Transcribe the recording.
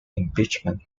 impeachment